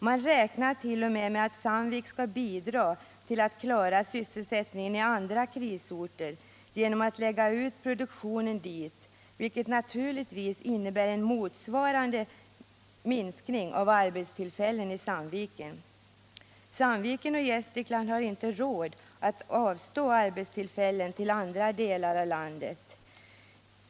Man räknar t.o.m. med att Sandvik skall bidra till att klara sysselsättningen i andra krisorter genom att lägga ut produktion dit, vilket naturligtvis innebär en motsvarande minskning av arbetstillfällen i Sandviken. Sandviken och Gästrikland har inte råd att avstå arbetstillfällen till andra delar av landet.